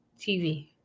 TV